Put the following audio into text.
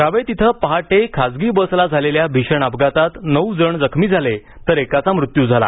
रावेत इथं पहाटे खासगी बसला झालेल्या भीषण अपघातात नऊ जण जखमी झाले तर एकाचा मृत्यू झाला